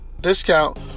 discount